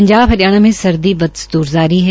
पंजाब हरियाणा में सर्दी बदस्तूर जारी है